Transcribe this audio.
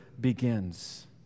begins